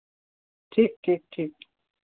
ठीक ठीक ठीक